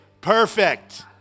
perfect